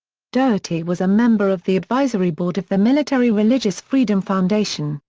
doherty was a member of the advisory board of the military religious freedom foundation,